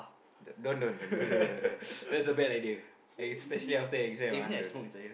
don't don't don't that's a bad idea especially after exam ah don't don't